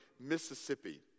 Mississippi